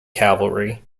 cavalry